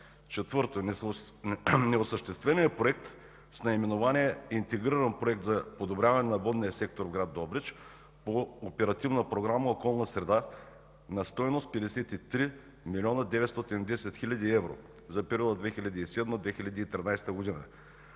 Четвърто, неосъщественият проект с наименование „Интегриран проект за подобряване на водния сектор в град Добрич” по Оперативна програма „Околна среда” е на стойност 53 млн. 910 хил. евро за периода 2007 – 2013 г.